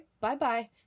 Bye-bye